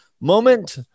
moment